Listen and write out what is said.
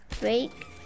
break